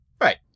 Right